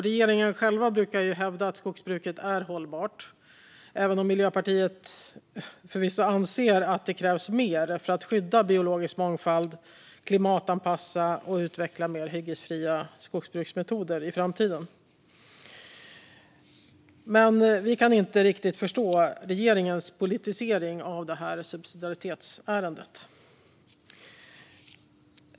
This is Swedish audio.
Regeringen själv brukar hävda att skogsbruket är hållbart, även om Miljöpartiet anser att det krävs mer för att skydda biologisk mångfald, klimatanpassa och utveckla mer hyggesfria skogsbruksmetoder i framtiden. Vi kan inte riktigt förstå regeringens politisering av detta subsidiaritetsärende.